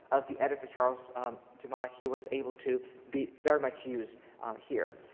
of the editor charles dumas, he was able to be very much used here.